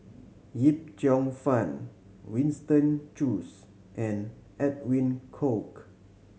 Yip Cheong Fun Winston Choos and Edwin Koek